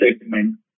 segment